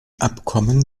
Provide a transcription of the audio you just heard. abkommen